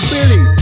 Billy